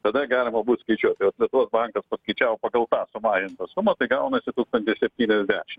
tada galima bus skaičiuot tai vat lietuvos bankas paskaičiavo pagal tą sumažintą sumą tai gaunasi tūkstantis septyniasdešimt